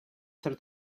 ser